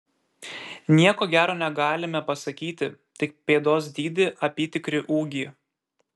nieko gero negalime pasakyti tik pėdos dydį apytikrį ūgį